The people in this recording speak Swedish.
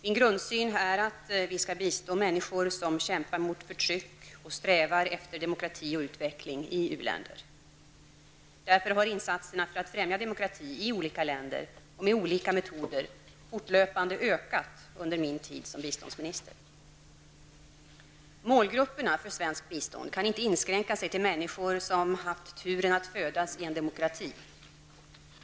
Min grundsyn är att man skall bistå människor som kämpar mot förtryck och strävar efter demokrati och utveckling i u-länder. Därför har insatserna för att främja demokrati i olika länder och med olika metoder fortlöpande ökat under min tid som biståndsminister. Målgrupperna för svenskt bistånd kan inte inskränka sig till människor som haft turen att födas i en demokrati.